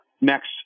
next